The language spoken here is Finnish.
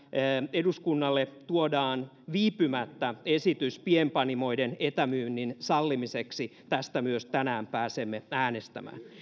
eduskunnalle tuodaan viipymättä esitys pienpanimoiden etämyynnin sallimiseksi tästä myös tänään pääsemme äänestämään